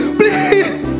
please